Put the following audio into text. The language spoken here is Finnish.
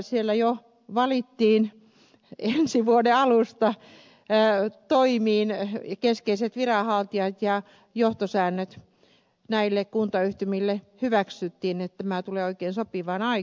siellä jo valittiin ensi vuoden alusta toimiin keskeiset viranhaltijat ja johtosäännöt näille kuntayhtymille hyväksyttiin eli tämä tulee oikein sopivaan aikaan